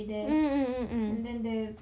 mm mm mm mm